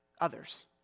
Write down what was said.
others